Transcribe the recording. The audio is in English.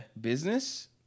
Business